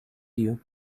you